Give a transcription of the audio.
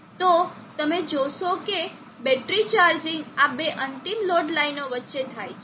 તો તમે જોશો કે બેટરી ચાર્જિંગ આ બે અંતિમ લોડ લાઇનો વચ્ચે થાય છે